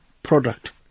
product